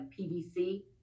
PVC